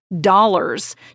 DOLLARS